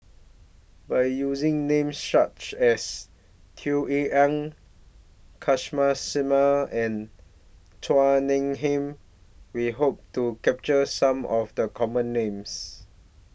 By using Names such as Tung Yue Nang Kamsari Salam and Chua Nam Hai We Hope to capture Some of The Common Names